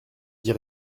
dit